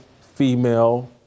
female